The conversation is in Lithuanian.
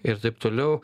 ir taip toliau